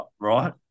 right